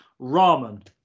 ramen